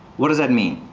what does that mean?